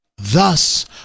Thus